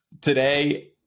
today